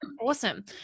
Awesome